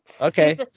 Okay